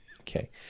Okay